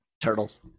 Turtles